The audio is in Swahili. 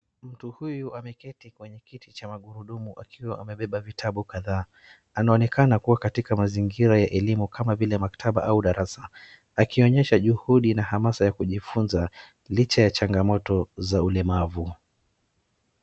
Mtu huyu ameketi kwenye kiti cha magurudumu akiwa amebeba vitabu kadhaa. Anaonekana kuwa katika mazingira ya elimu kama vile maktaba au darasa. Akionyesha juhudi na hamasa ya kujifunza licha ya changamoto za ulemavu.